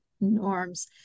norms